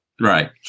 right